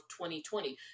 2020